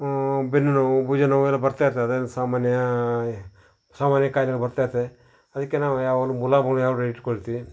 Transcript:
ಬೆನ್ನು ನೋವು ಭುಜ ನೋವು ಎಲ್ಲ ಬರ್ತಾ ಇರ್ತದೆ ಅದೆಲ್ಲ ಸಾಮಾನ್ಯ ಸಾಮಾನ್ಯ ಖಾಯ್ಲೆಗಳು ಬರ್ತಾ ಇರ್ತದೆ ಅದಕ್ಕೆ ನಾವು ಯಾವಾಗ್ಲೂ ಮುಲಾಮ್ಗಳು ಯಾವಾಗ್ಲೂ ಇಟ್ಟುಕೊಳ್ತೀವಿ